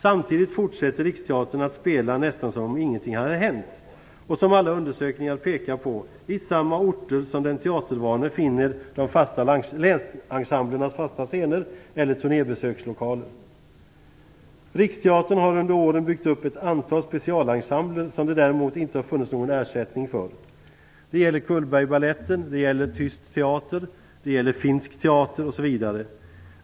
Samtidigt fortsatte Riksteatern att spela nästan som om ingenting hade hänt och, vilket alla undersökningar har pekat på, i samma orter som den teatervane finner de fasta länsensemblernas fasta scener eller turnébesökslokaler. Riksteatern har under åren byggt upp ett antal specialensembler, som det däremot inte har funnits någon ersättning för. Det gäller Cullbergbaletten, det gäller Tyst teater, det gäller Finsk teater, osv.